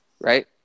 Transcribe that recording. Right